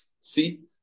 See